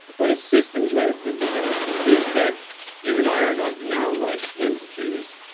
but a systems way of thinking about it is that you and i are not noun-like entities,